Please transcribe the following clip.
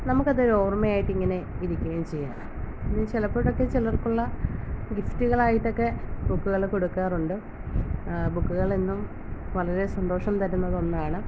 നമുക്കതരോർമ്മ ആയിട്ടിങ്ങനെ ഇരിക്കുകയും ചെയ്യാം ഇനി ചിലപ്പം ഇതക്കെ ചിലർക്കുള്ള ഗിഫ്റ്റുകളായിട്ടക്കെ ബുക്കുകൾ കൊടുക്കാറുണ്ട് ബുക്കുകളെന്നും വളരെ സന്തോഷം തരുന്ന ഒന്നാണ്